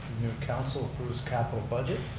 new council whose capital budget